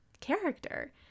character